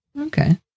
Okay